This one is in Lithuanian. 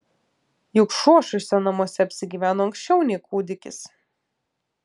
juk šuo šiuose namuose apsigyveno anksčiau nei kūdikis